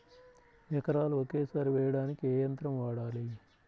ఎకరాలు ఒకేసారి వేయడానికి ఏ యంత్రం వాడాలి?